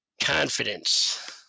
confidence